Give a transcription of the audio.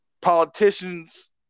Politicians